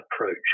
approach